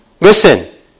Listen